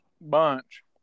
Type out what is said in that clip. Bunch